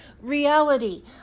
reality